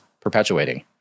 perpetuating